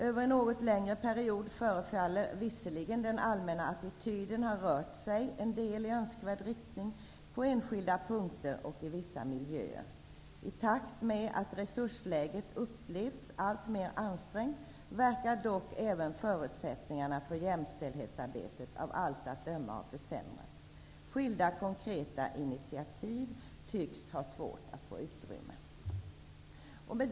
Över en något längre period förefaller visserligen den allmänna attityden ha rört sig en del i önskvärd riktning på enskilda punkter och i vissa miljöer. I takt med att resursläget upplevts som alltmer ansträngt verkar dock även förutsättningarna för jämställdhetsarbetet av allt att döma ha försämrats. Skilda konkreta initiativ tycks ha svårt att få utrymme.